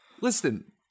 Listen